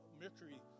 Mercury